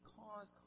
cause